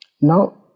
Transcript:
Now